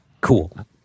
Cool